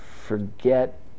forget